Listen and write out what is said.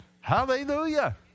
Hallelujah